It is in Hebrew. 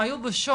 הם היו בשוק,